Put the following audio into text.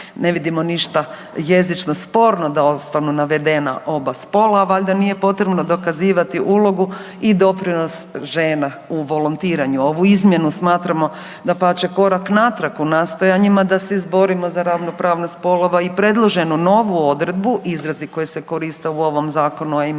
Ne vidimo jezično sporno da ostanu navedena oba spola, valjda nije potrebno dokazivati ulogu i doprinos žena u volontiranju. Ovu izmjenu smatramo dapače korak natrag u nastojanjima da se izborimo za ravnopravnost spolova i predloženu novu odredbu izrazi koje se koriste u ovom zakonu, a imaju